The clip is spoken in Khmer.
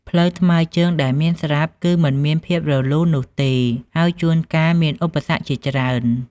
ផ្លូវថ្មើរជើងដែលមានស្រាប់ គឺមិនមានភាពរលូននោះទេ ហើយជួនកាលមានឧបសគ្គជាច្រើន។